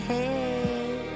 Hey